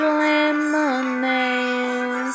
lemonade